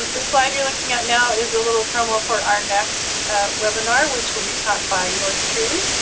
ah the slide you're looking at now is a little promo for our next webinar, which will be taught by yours truly.